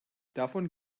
davon